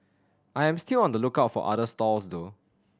I am still on the lookout for other stalls though